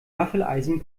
waffeleisen